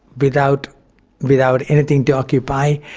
without without anything to occupy,